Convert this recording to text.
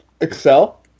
excel